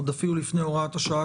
עוד אפילו לפני הוראת השעה,